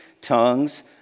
tongues